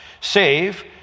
save